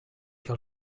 què